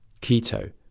keto